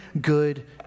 good